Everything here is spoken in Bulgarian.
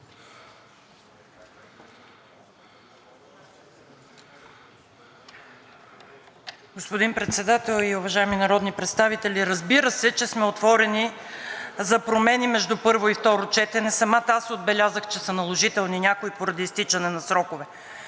Господин Председател, уважаеми народни представители! Разбира се, че сме отворени за промени между първо и второ четене, самата аз отбелязах, че са наложителни някои поради изтичане на срокове.